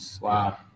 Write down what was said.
Wow